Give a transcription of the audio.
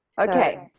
okay